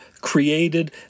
created